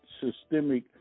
systemic